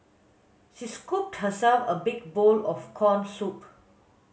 she scooped herself a big bowl of corn soup